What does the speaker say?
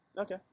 Okay